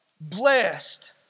blessed